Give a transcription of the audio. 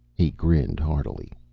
he grinned hardily.